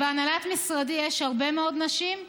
בהנהלת משרדי יש הרבה מאוד נשים.